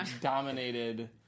dominated